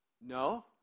no